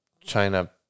China